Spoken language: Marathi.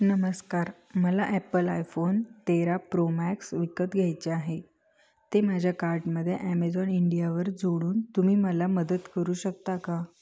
नमस्कार मला ॲपल आयफोन तेरा प्रो मॅक्स विकत घ्यायचे आहे ते माझ्या कार्टमध्ये ॲमेझॉन इंडियावर जोडून तुम्ही मला मदत करू शकता का